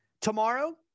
Tomorrow